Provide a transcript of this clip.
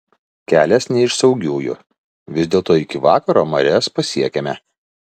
kelias ne iš saugiųjų vis dėlto iki vakaro marias pasiekėme